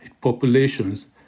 populations